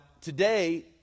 today